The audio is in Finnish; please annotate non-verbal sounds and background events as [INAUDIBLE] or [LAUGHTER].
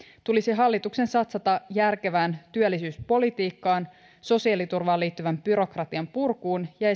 tulisi hallituksen satsata järkevään työllisyyspolitiikkaan sosiaaliturvaan liittyvän byrokratian purkuun ja [UNINTELLIGIBLE]